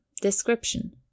Description